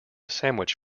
sandwich